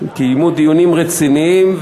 קיימו דיונים רציניים,